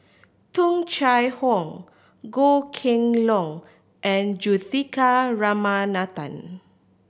Tung Chye Hong Goh Kheng Long and Juthika Ramanathan